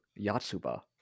Yatsuba